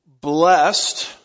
blessed